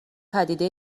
پدیده